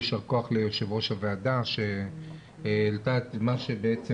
יישר כח ליו"ר הוועדה שהעלתה את מה שבעצם